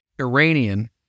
Iranian